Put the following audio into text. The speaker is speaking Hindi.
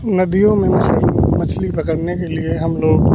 नदियों में मछली मछली पकड़ने के लिए हम लोग